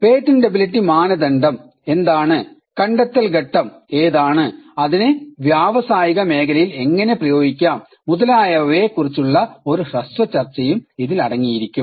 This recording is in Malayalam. പേറ്റന്റബിലിറ്റി മാനദണ്ഡം എന്താണ് കണ്ടെത്തൽ ഘട്ടം ഏതാണ് അതിനെ വ്യാവസായിക മേഖലയിൽ എങ്ങെനെ പ്രയോഗിക്കാം മുതലായവയെ കുറിച്ചുള്ള ഒരു ഹ്രസ്വ ചർച്ചയും ഇതിൽ അടങ്ങിയിരിക്കും